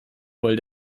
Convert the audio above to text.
voll